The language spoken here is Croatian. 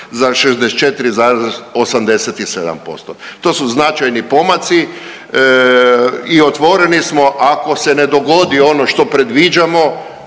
za 64,87%. To su značajni pomaci i otvoreni smo ako se ne dogodi ono što predviđamo